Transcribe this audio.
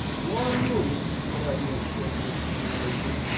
lor' lumme! the cabby exploded with indignation,